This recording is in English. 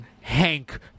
Hank